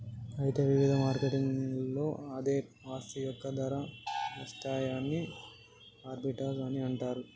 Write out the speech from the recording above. అయితే వివిధ మార్కెట్లలో అదే ఆస్తి యొక్క ధర వ్యత్యాసాన్ని ఆర్బిటౌజ్ అని అంటారు